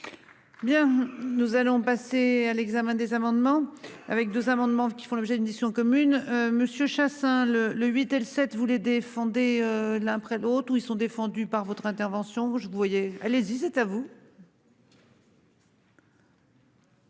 Bien nous allons passer à l'examen des amendements avec 2 amendements qui font l'objet d'une mission commune, Monsieur Chassaing le le 8 et le sept, vous les défendez l'un après l'autre où ils sont défendus par votre intervention, je vous voyais les. C'est à vous.